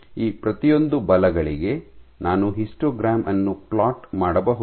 ಈ ಪ್ರತಿಯೊಂದು ಬಲಗಳಿಗೆ ನಾನು ಹಿಸ್ಟೋಗ್ರಾಮ್ ಅನ್ನು ಪ್ಲಾಟ್ ಮಾಡಬಹುದು